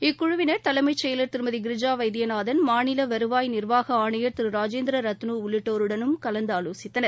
இக்குழுவினர் தலைளமச் செயலர் திருமதி கிரிஜா வைத்தியநாதன் மாநில வருவாய் நிர்வாக ஆணையர் திரு ராஜேந்திர ரத்னு உள்ளிட்டோருடனும் கலந்தாலோசித்தனர்